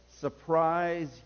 surprise